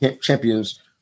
champions